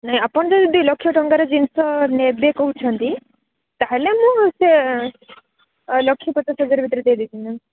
ନାଇଁ ଆପଣ ଯଦି ଦୁଇ ଲକ୍ଷ ଟଙ୍କାର ଜିନିଷ ନେବେ କହୁଛନ୍ତି ତାହାଲେ ମୁଁ ସେ ଲକ୍ଷେ ପଚାଶ ହଜାର ଭିତରେ ଦେଇଦେବି ମ୍ୟାମ୍